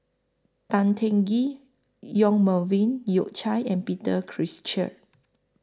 Tan Teng Kee Yong Melvin Yik Chye and Peter Cheer